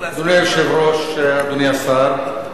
אדוני היושב-ראש, אדוני השר,